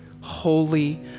holy